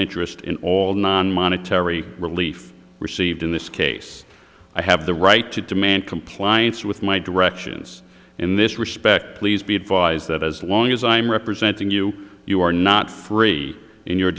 interest in all non monetary relief received in this case i have the right to demand compliance with my directions in this respect please be advised that as long as i am representing you you are not free in your